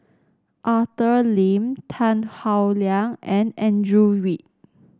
Arthur Lim Tan Howe Liang and Andrew Yip